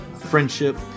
friendship